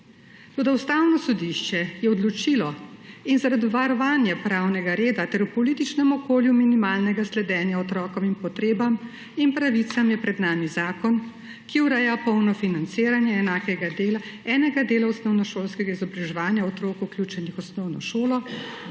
Toda Ustavno sodišče je odločilo in zaradi varovanja pravnega reda ter v političnem okolju minimalnega sledenja otrokovim potrebam in pravicam je pred nami zakon, ki ureja polno financiranje enega dela osnovnošolskega izobraževanja otrok, vključenih v osnovno šolo,